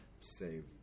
Save